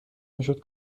میشد